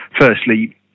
Firstly